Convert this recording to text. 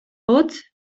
hots